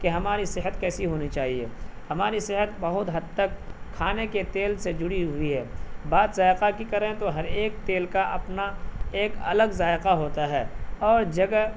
کہ ہماری صحت کیسی ہونی چاہیے ہماری صحت بہت حد تک کھانے کے تیل سے جڑی ہوئی ہے بات ذائقہ کی کریں تو ہر ایک تیل کا اپنا ایک الگ ذائقہ ہوتا ہے اور جگہ